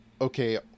okay